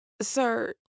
Sir